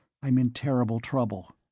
i'm in terrible trouble.